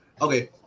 Okay